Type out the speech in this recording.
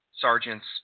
sergeants